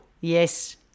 Yes